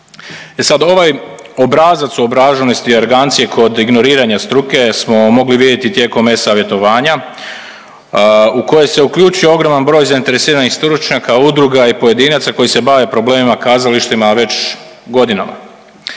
sad ovaj obrazac uobraženosti i arogancije kod ignoriranja struke smo mogli vidjeti kod e-Savjetovanja u koje se uključio ogroman broj zainteresiranih stručnjaka, udruga i pojedinaca koji se bave problemima kazališta već godinama.